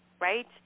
right